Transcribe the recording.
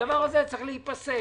הדבר הזה צריך להיפסק.